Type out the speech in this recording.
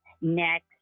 next